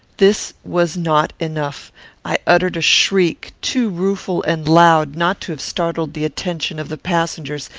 this was not enough i uttered a shriek, too rueful and loud not to have startled the attention of the passengers,